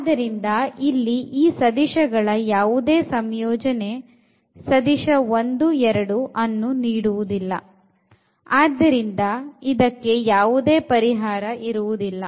ಆದ್ದರಿಂದ ಇಲ್ಲಿ ಈ ಸದಿಶಗಳ ಯಾವುದೇ ಸಂಯೋಜನೆ ಸದಿಶ 1 2 ಅನ್ನು ನೀಡುವುದಿಲ್ಲ ಆದ್ದರಿಂದ ಇದಕ್ಕೆ ಯಾವುದೇ ಪರಿಹಾರ ಇರುವುದಿಲ್ಲ